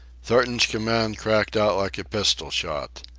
thornton's command cracked out like a pistol-shot.